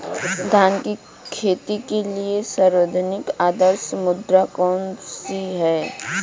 धान की खेती के लिए सर्वाधिक आदर्श मृदा कौन सी है?